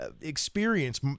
experience